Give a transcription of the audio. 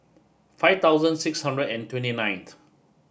five thousand six hundred and twenty ninth